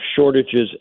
shortages